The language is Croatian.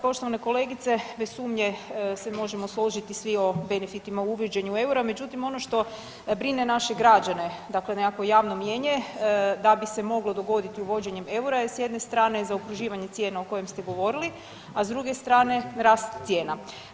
Poštovana kolegice bez sumnje se svi možemo složiti svi o benefitima o uvođenju eura, međutim ono što brine naše građane dakle nekakvo javno mnijenje da bi se moglo dogoditi uvođenjem eura je s jedne strane zaokruživanje cijena o kojim ste govorili, a s druge strane rast cijena.